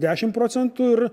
dešimt procentų ir